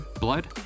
blood